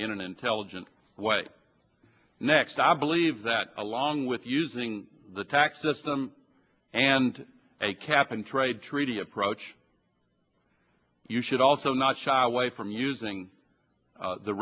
in an intelligent way next i believe that along with using the tax system and a cap and trade treaty approach you should also not shy away from using